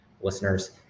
listeners